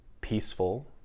peaceful